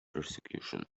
persecution